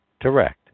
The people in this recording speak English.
Direct